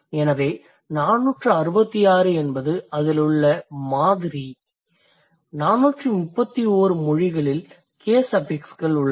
எனவே 466 என்பது அதில் உள்ள மாதிரி 431 மொழிகளில் கேஸ் அஃபிக்ஸ்கள் உள்ளன